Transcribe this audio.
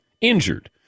injured